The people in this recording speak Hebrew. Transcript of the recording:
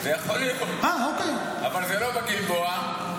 יכול להיות, אבל זה לא בגלבוע.